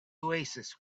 oasis